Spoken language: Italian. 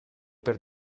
per